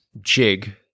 jig